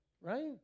Right